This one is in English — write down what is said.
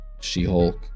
She-Hulk